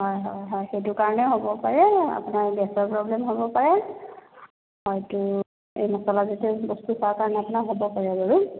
হয় হয় হয় সেইটো কাৰণেও হ'ব পাৰে আপোনাৰ গেছৰ প্ৰব্লেমো হ'ব পাৰে হয়তো এই মছলাজাতীয় বস্তু খোৱা কাৰণে আপোনাৰ হ'ব পাৰে বাৰু